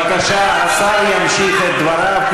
בבקשה, השר ימשיך את דבריו.